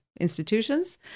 institutions